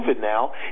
now